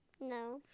No